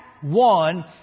one